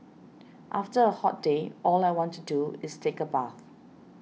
after a hot day all I want to do is take a bath